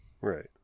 Right